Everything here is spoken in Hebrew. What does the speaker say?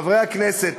חברי הכנסת,